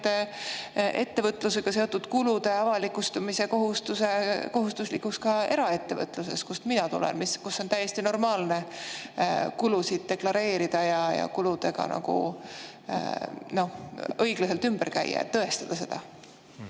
ettevõtlusega seotud kulude avalikustamise kohustuslikuks ka eraettevõtluses, kust mina tulen, kus on täiesti normaalne kulusid deklareerida ja kuludega õiglaselt ümber käia, neid tõestada?